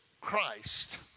Christ